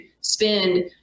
spend